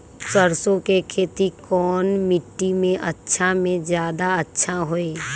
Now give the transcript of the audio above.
सरसो के खेती कौन मिट्टी मे अच्छा मे जादा अच्छा होइ?